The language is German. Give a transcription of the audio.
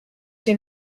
den